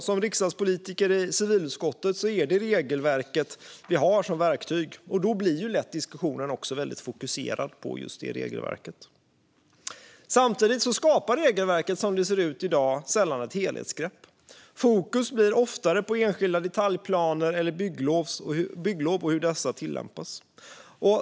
Som riksdagspolitiker i civilutskottet är det regelverket vi har som verktyg, och då blir lätt diskussionen väldigt fokuserad på just regelverket. Samtidigt skapar regelverket som det ser ut i dag sällan ett helhetsgrepp. Fokus blir oftare på enskilda detaljplaner eller bygglov och hur dessa tillämpas.